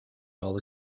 all